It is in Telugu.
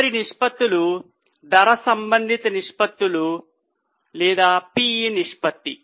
తదుపరి నిష్పత్తులు ధర సంబంధిత నిష్పత్తులు PE నిష్పత్తి